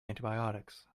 antibiotics